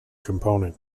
component